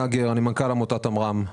תום מהגר, מנכ"ל עמותת עמר"ם.